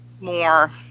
more